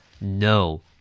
No